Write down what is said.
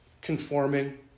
conforming